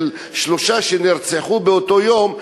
של שלושה שנרצחו באותו יום,